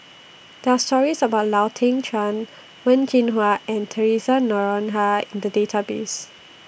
There Are stories about Lau Teng Chuan Wen Jinhua and Theresa Noronha in The Database